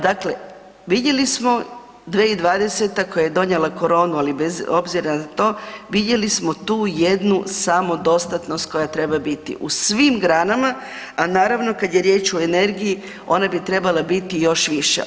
Dakle, vidjeli smo 2020. koja je donijela koronu ali bez obzira na to, vidjeli smo tu jednu samodostatnost koja treba biti u svim granama a naravno kad je riječ o energiji, ona bi trebala biti još viša.